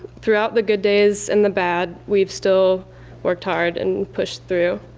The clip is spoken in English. throughout the good days and the bad, we've still worked hard and pushed through.